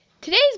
Today's